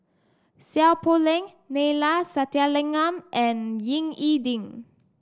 Seow Poh Leng Neila Sathyalingam and Ying E Ding